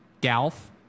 golf